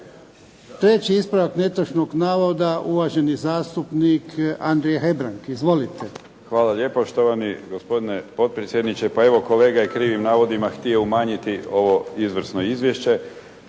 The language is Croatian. Treći ispravak netočnog navoda, uvaženi zastupnik Andrija Hebrang. Izvolite. **Hebrang, Andrija (HDZ)** Hvala lijepo štovani gospodine potpredsjedniče. Pa evo, kolega je krivim navodima htio umanjiti ovo izvrsno izvješće.